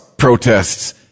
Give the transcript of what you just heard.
protests